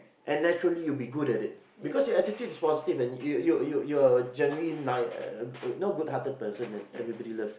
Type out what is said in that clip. and naturally you will be good at it because your attitude is positive and you you your generally nice you know good hearted person that everybody loves